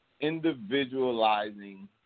individualizing